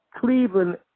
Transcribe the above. Cleveland